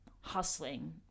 hustling